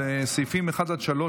על סעיפים 1 עד 3,